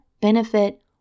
benefit